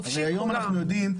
אנחנו יודעים,